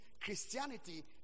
Christianity